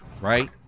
right